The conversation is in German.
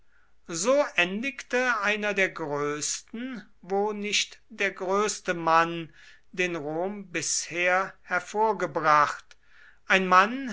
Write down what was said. so endigte einer der größten wo nicht der größte mann den rom bisher hervorgebracht ein mann